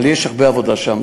אבל יש הרבה עבודה שם.